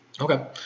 Okay